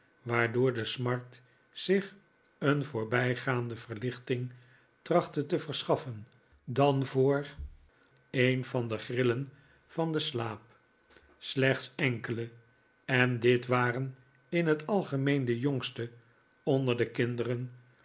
waardoor de smart zich een voorbijgaande verlichting trachtte te verschaffen dan voor een van de grillen van den slaap slechts enkelen en dit waren in t algemeen de jongste onder de kinderen